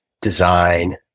design